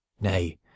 Nay